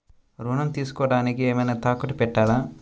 ఋణం తీసుకొనుటానికి ఏమైనా తాకట్టు పెట్టాలా?